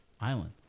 island